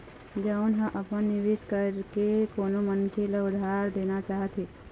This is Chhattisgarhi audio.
जउन ह अपन निवेश करके कोनो मनखे ल उधार देना चाहथे